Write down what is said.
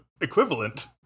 equivalent